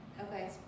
Okay